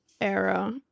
Era